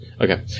Okay